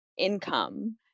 income